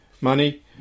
Money